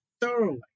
thoroughly